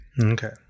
Okay